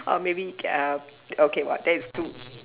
or maybe uh okay !wah! that is too